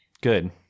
good